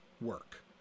work